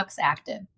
Active